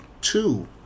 two